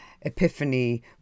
epiphany